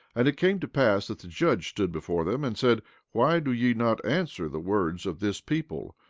and it came to pass that the judge stood before them, and said why do ye not answer the words of this people?